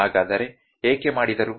ಹಾಗಾದರೆ ಏಕೆ ಮಾಡಿದರು